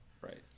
Right